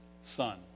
son